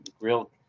real